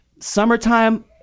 summertime